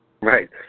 right